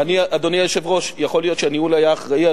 אדוני היושב-ראש, יכול להיות שהניהול היה אחראי.